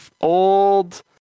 old